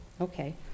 Okay